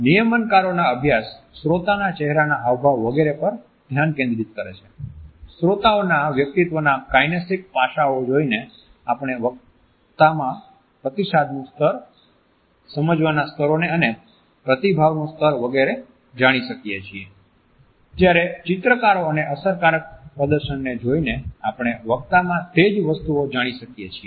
નિયમનકારોના અભ્યાસ શ્રોતાના ચહેરાના હાવભાવ વગેરે પર ધ્યાન કેન્દ્રિત કરે છે શ્રોતાઓના વ્યક્તિત્વના કાઇનેસિક પાસાંઓ જોઈને આપણે વક્તામાં પ્રતિસાદનું સ્તર સમજવાના સ્તરને અને પ્રતિભાવનું સ્તર વગેરે જાણી શકીએ છીએ જ્યારે ચિત્રકારો અને અસરકારક પ્રદર્શનને જોઈને આપણે વક્તામાં તે જ વસ્તુઓ જાણી શકીએ છીએ